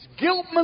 guilt